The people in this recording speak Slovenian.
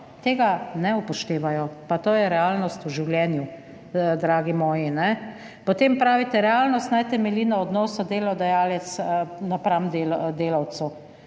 tega ne upoštevajo, pa to je realnost v življenju, dragi moji, kajne? Potem pravite, realnost naj temelji na odnosu delodajalec napram delavcu.